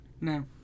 No